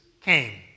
came